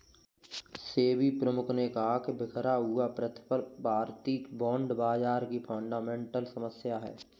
सेबी प्रमुख ने कहा कि बिखरा हुआ प्रतिफल भारतीय बॉन्ड बाजार की फंडामेंटल समस्या है